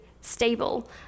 stable